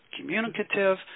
communicative